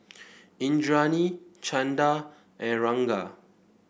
Indranee Chanda and Ranga